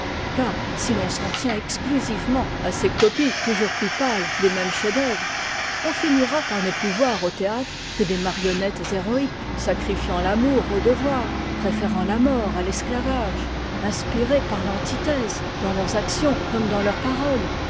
car si l'on s'en tient exclusivement à ces copies toujours plus pâtes des mêmes chefs-d'œuvre on finira par ne plus voir au théâtre que des marionnettes héroïques sacrifiant l'amour au devoir préférant la mort à t'esctavage inspirées par l'antithèse dans leurs actions comme dans leurs paroles